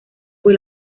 fue